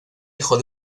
hijo